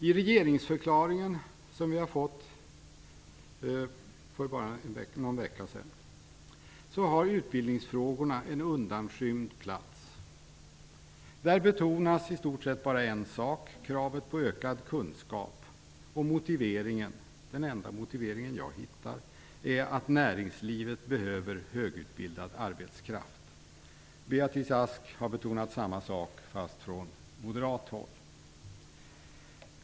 I regeringsförklaringen som kom för bara någon vecka sedan har utbildningsfrågorna en undanskymd plats. Där betonas i stort sett bara en sak - kravet på ökad kunskap. Motiveringen - den enda motivering jag hittar - är att näringslivet behöver högutbildad arbetskraft. Beatrice Ask har betonat samma sak, fast från moderat håll.